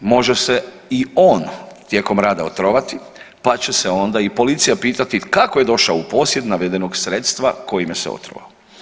Može se i on tijekom rada otrovati, pa će se onda i policija pitati kako je došao u posjed navedenog sredstva kojima se otrovao.